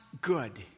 good